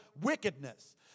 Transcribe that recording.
wickedness